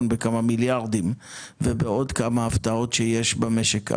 בכמה מיליארדים ולהגדיל לעוד כמה הפתעות שיש במשק.